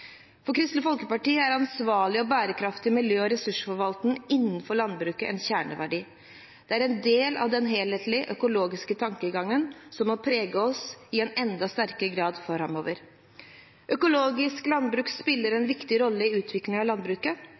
For Kristelig Folkeparti er ansvarlig og bærekraftig miljø- og ressursforvaltning innenfor landbruket en kjerneverdi. Det er en del av den helhetlige økologiske tankegangen som må prege oss i enda sterkere grad framover. Økologisk landbruk spiller en viktig rolle i utviklingen av landbruket.